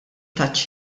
taċ